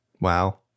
Wow